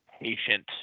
patient